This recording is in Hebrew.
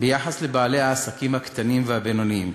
ביחס לבעלי העסקים הקטנים והבינוניים,